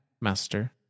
master